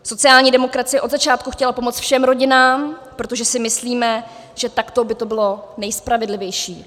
Sociální demokracie od začátku chtěla pomoci všem rodinám, protože si myslíme, že takto by to bylo nejspravedlivější.